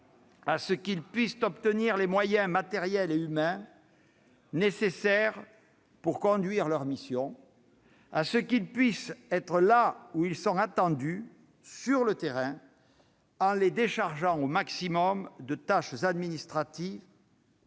à ce qu'ils obtiennent les moyens matériels et humains nécessaires pour conduire leurs missions et à ce qu'ils puissent être présents là où ils sont attendus, sur le terrain, en étant déchargés au maximum de tâches administratives